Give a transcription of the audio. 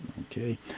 Okay